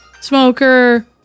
Smoker